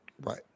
Right